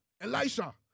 Elisha